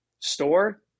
Store